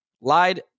lied